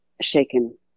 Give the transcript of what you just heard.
shaken